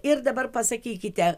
ir dabar pasakykite